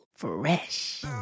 fresh